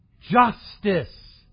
justice